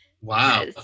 Wow